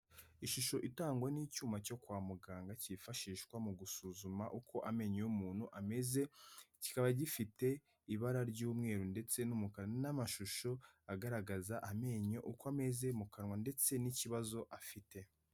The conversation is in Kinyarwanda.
Ishusho itangwa n'icyuma cyo kwa muganga kifashishwa mu gusuzuma uko amenyo y'umuntu ameze; kikaba gifite ibara ry'umweru ndetse n'umukara, n'amashusho agaragaza amenyo uko ameze mu kanwa ndetse n'ikibazo afite.